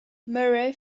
murray